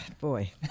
Boy